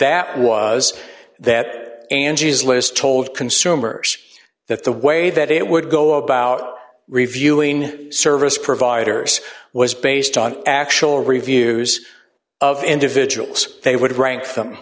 that was that angie's list told consumers that the way that it would go d about reviewing service providers was based on actual reviews of individuals they would rank them